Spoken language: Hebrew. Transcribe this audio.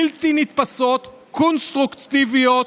בלתי נתפסות, קונסטרוקטיביות,